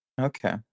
Okay